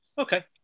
Okay